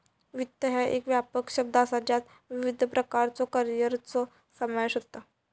वित्त ह्या एक व्यापक शब्द असा ज्यात विविध प्रकारच्यो करिअरचो समावेश होता